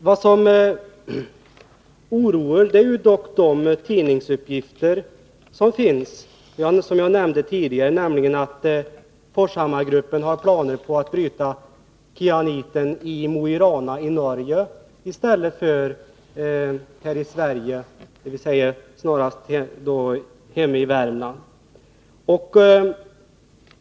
Det som oroar är de tidningsuppgifter som finns — jag nämnde dem tidigare — om att Forshammargruppen har planer på att bryta kyaniten i Mo i Rana i Norgei stället för i Värmland.